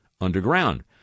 underground